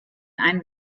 ein